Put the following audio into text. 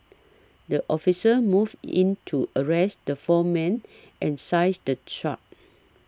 the officers moved in to arrest the four men and size the truck